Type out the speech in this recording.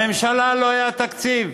לממשלה לא היה תקציב.